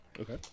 Okay